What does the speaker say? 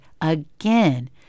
again